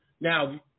Now